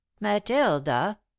matilda